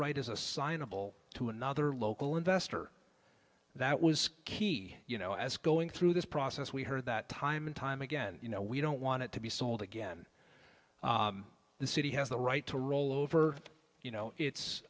right is assignable to another local investor that was key you know as going through this process we've heard that time and time again you know we don't want it to be sold again the city has the right to roll over you know it